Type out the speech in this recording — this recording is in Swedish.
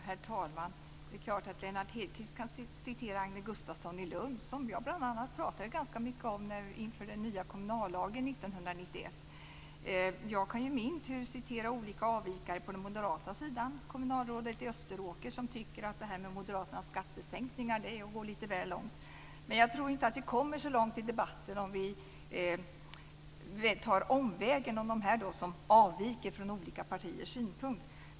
Herr talman! Det är klart att Lennart Hedquist kan citera Agne Gustafsson i Lund, som jag pratade ganska mycket om inför den nya kommunallagen 1991. Jag skulle i min tur kunna citera olika avvikare på den moderata sidan. Kommunalrådet i Österåker t.ex., som tycker att moderaternas skattesänkningar är att gå lite väl långt. Men jag tror inte att vi kommer så långt i debatten om vi tar omvägen om dem som avviker från olika partiers synpunkt.